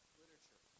literature